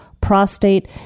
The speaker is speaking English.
prostate